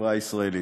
בחברה הישראלית.